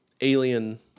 alien